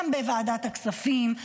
גם בוועדת הכספים,